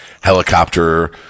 helicopter